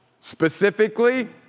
specifically